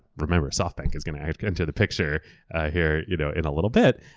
remember, softbank is going into the picture here you know in a little bit.